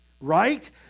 right